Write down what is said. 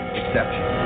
exception